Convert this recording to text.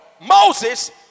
Moses